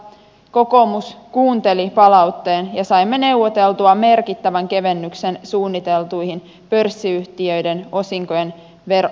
kokoomus kuunteli palautteen ja saimme neuvoteltua merkittävän kevennyksen suunniteltuihin pörssiyhtiöiden osinkojen veronkorotuksiin